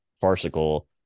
farcical